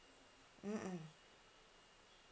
mm mm